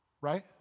right